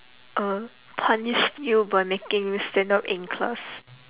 uh punish you by making you stand up in class